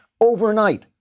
overnight